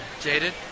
jaded